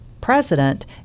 president